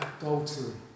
adultery